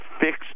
fix